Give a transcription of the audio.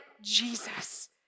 Jesus